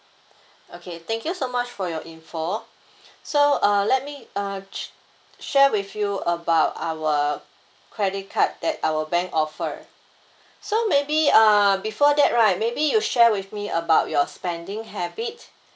okay thank you so much for your info so uh let me uh share with you about our credit card that our bank offer so maybe uh before that right maybe you share with me about your spending habits